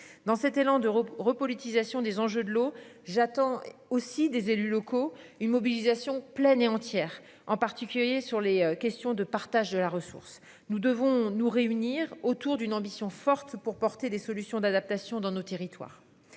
Dans cet élan d'Europe repolitisation des enjeux de l'eau. J'attends aussi des élus locaux, une mobilisation pleine et entière en particulier sur les questions de partage de la ressource. Nous devons nous réunir autour d'une ambition forte pour porter des solutions d'adaptation dans nos territoires.